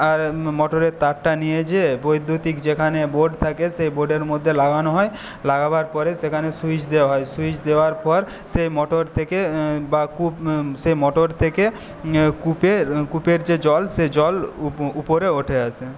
আর মটরের তারটা নিয়ে যে বৈদ্যুতিক যেখানে বোর্ড থাকে সেই বোর্ডের মধ্যে লাগানো হয় লাগাবার পরে সেখানে সুইচ দেওয়া হয় সুইচ দেওয়ার পর সেই মটর থেকে বা কূপ সেই মটর থেকে কূপে কূপের যে জল সে জল উপরে উঠে আসে